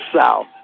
south